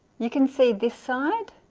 you can see this side